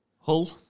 Hull